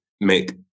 make